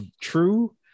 true